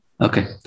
Okay